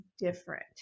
different